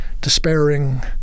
despairing